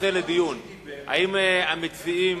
האם המציעים